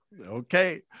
Okay